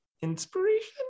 Inspiration